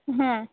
হ্যাঁ